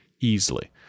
easily